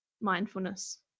mindfulness